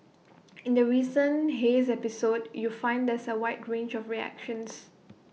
in the recent haze episode you find there's A wide range of reactions